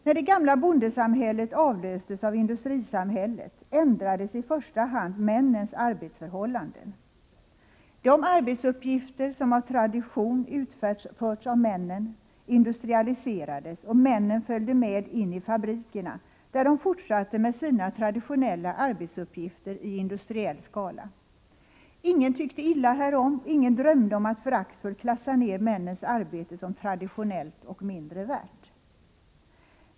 När det gamla bondesamhället avlöstes av industrisamhället ändrades i första hand männens arbetsförhållanden. De arbetsuppgifter som av tradition utförts av männen industrialiserades och männen följde med in i fabrikerna, där de fortsatte med sina traditionella arbetsuppgifter i industriell skala. Ingen tyckte illa härom och ingen drömde om att föraktfullt klassa ner männens arbete som traditionellt och mindre värt.